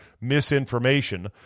misinformation